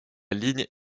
ligne